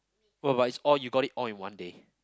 oh but is all you got it all in one day